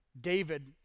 David